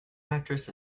actress